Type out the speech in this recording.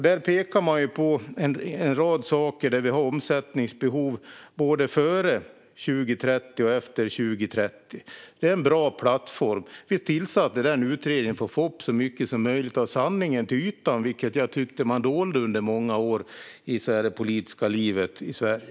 Där pekar man på en rad områden där vi har omsättningsbehov både före 2030 och efter 2030. Det är en bra plattform. Vi tillsatte den utredningen för att få upp så mycket som möjligt av sanningen till ytan, vilket jag tyckte att man dolde under många år i det politiska livet i Sverige.